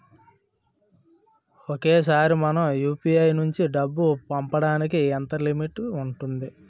ఒకేసారి మనం యు.పి.ఐ నుంచి డబ్బు పంపడానికి ఎంత లిమిట్ ఉంటుంది?